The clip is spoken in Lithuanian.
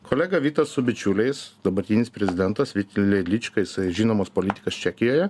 kolega vytas su bičiuliais dabartinis prezidentas lelička isai žinomas politikas čekijoje